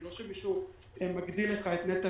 זה לא שמישהו מגדיל לך את העוגה,